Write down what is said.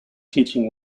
teaching